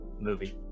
movie